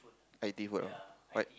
I_T_E food ah but